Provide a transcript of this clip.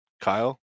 Kyle